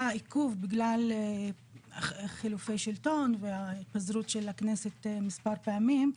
עיכוב בגלל חילופי שלטון והתפזרות של הכנסת מספר פעמים,